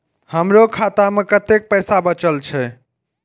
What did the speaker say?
हमरो खाता में कतेक पैसा बचल छे?